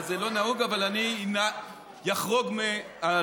זה לא נהוג אבל אני אחרוג מהמנהג.